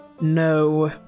No